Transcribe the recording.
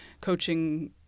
coaching